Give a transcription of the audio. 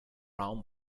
raum